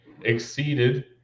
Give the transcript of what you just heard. exceeded